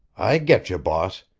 i getcha, boss.